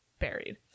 buried